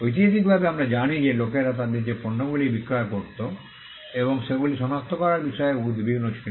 ঐতিহাসিকভাবে আমরা জানি যে লোকেরা তাদের যে পণ্যগুলি বিক্রয় করত এবং সেগুলি সনাক্ত করার বিষয়ে উদ্বিগ্ন ছিল